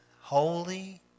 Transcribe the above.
holy